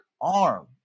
arm